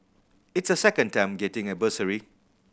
it's her second time getting a bursary